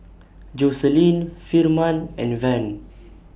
Jocelynn Firman and Van